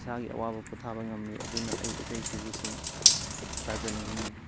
ꯏꯁꯥꯒꯤ ꯑꯋꯥꯕ ꯄꯣꯊꯥꯕ ꯉꯝꯃꯤ ꯑꯗꯨꯅ ꯑꯩ ꯏꯁꯩꯁꯤꯗꯤ ꯁꯨꯝ ꯇꯥꯖꯅꯤꯡꯉꯤ